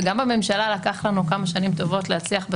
וגם בממשלה לקח לנו כמה שנים טובות להצליח.